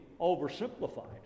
oversimplified